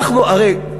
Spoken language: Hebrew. אנחנו הרי,